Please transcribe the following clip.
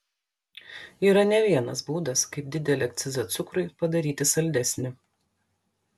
yra ne vienas būdas kaip didelį akcizą cukrui padaryti saldesnį